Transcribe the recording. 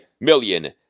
million